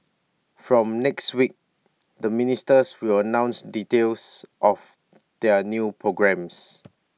from next week the ministers will announce details of their new programmes